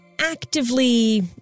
actively